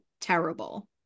terrible